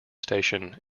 station